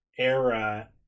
era